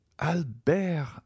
albert